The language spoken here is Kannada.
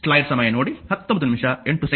ಆದ್ದರಿಂದ ಅದಕ್ಕಾಗಿಯೇ G iv ಸರಿ